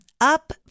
up